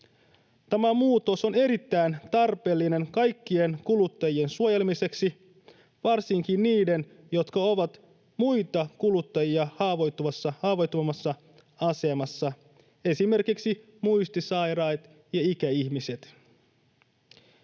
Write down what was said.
Tämä muutos on erittäin tarpeellinen kaikkien kuluttajien suojelemiseksi, varsinkin niiden, jotka ovat muita kuluttajia haavoittuvammassa asemassa, esimerkiksi muistisairaat ja ikäihmiset.